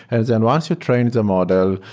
and then once you train the model,